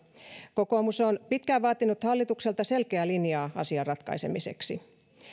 kokoomus on pitkään vaatinut hallitukselta selkeää linjaa asian ratkaisemiseksi